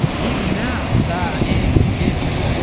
even now, thy end beginneth.